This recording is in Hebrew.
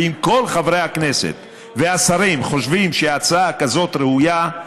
ואם כל חברי הכנסת חושבים שהצעה כזאת ראויה,